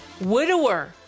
widower